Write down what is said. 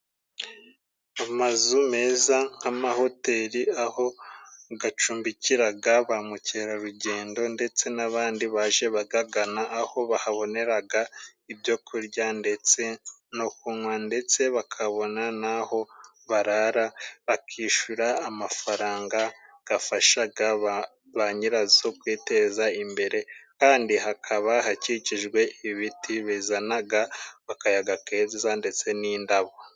Amazu meza nk'amahoteri aho gacumbikiraga ba mukerarugendo, ndetse n'abandi baje bagagana, aho bahaboneraga ibyo kurya ndetse no kunywa, ndetse bakabona n'aho barara, bakishura amafaranga gafashaga ba nyirazo kwiteza imbere, kandi hakaba hakijijwe ibiti bizanaga akayaga keza ndetse n'indabo.